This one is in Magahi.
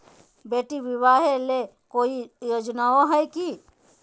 बेटी ब्याह ले कोई योजनमा हय की?